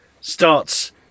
starts